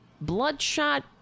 bloodshot